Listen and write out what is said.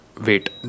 Wait